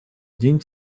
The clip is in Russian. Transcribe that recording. день